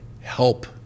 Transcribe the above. help